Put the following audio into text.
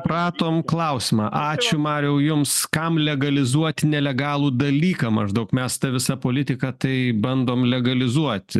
pratoe klausimą ačiū mariau jums kam legalizuot nelegalų dalyką maždaug mes ta visa politika tai bandom legalizuoti